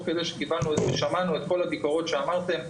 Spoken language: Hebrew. כדי ששמענו את כל הביקורות שהשמעתם.